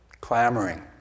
clamoring